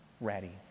ready